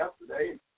Yesterday